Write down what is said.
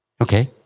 Okay